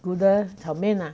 noodle 炒面啊